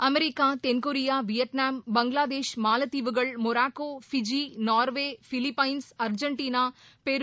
America தென்கொரியா Vietnam Bangladesh மாலத்தீவுகள் Morocco Fiji Norway Philippines Argentina பெரு